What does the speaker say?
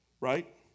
right